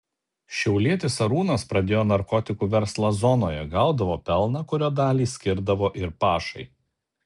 šiaulietis arūnas pradėjo narkotikų verslą zonoje gaudavo pelną kurio dalį skirdavo ir pašai